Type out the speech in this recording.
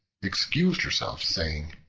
excused herself, saying,